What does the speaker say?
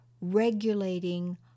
regulating